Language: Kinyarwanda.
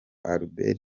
albert